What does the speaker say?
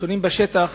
הנתונים בשטח,